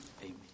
Amen